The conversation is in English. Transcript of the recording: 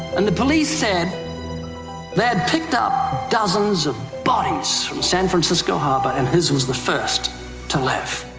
and the police said they had picked up dozens of bodies from san francisco harbor, and his was the first to live.